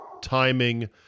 timing